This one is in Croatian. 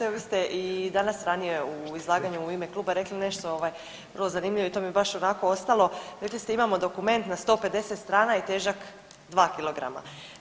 Evo vi ste i danas ranije u izlaganju u ime kluba rekli nešto vrlo zanimljivo i to mi je baš onako ostalo, rekli ste imamo dokument na 150 strana i težak 2 kg.